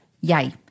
Yay